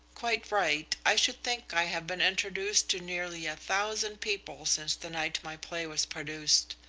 quite right. i should think i have been introduced to nearly a thousand people since the night my play was produced.